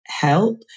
Help